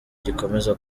gikomeza